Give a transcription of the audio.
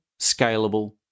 scalable